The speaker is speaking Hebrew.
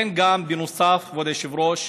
בנוסף, כבוד היושב-ראש,